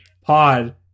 pod